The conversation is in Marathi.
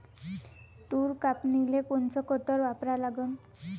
तूर कापनीले कोनचं कटर वापरा लागन?